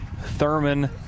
Thurman